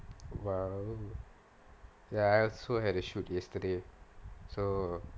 !wow! ya I also had a shoot yesterday so